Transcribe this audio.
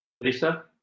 Lisa